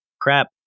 crap